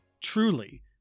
truly